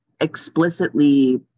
explicitly